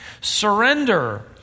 surrender